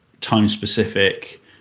time-specific